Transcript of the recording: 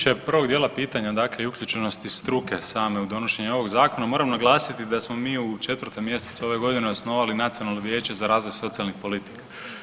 Što se tiče prvog dijela pitanja, dakle i uključenosti struke same u donošenju ovog zakona, moram naglasiti da smo mi u 4. mj. ove godine osnovali Nacionalno vijeće za razvoj socijalnih politika.